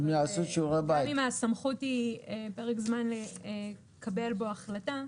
גם אם הסמכות היא פרק זמן לקבל בו החלטה,